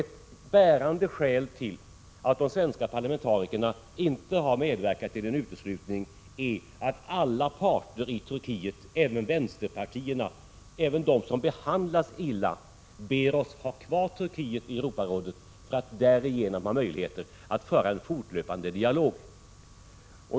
Ett bärande skäl till att de svenska parlamentarikerna inte har medverkat till en uteslutning är att alla parter i Turkiet, även vänsterpartierna, även de som behandlas illa, ber oss ha kvar Turkiet i Europarådet för att därigenom ha möjligheter att föra en fortlöpande dialog.